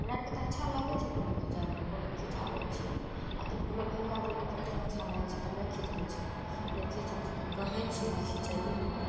हमरा आओरके तऽ अच्छा लागै छै फोटो खिचाबैमे फोटो खिचाबै छिए आओर कतनो भइआ दीदीके नहि अच्छा लागै छै तऽ नहि खिचबै छै नहि खिचबै छै तऽ कहै छिए कि खिचैए फोटो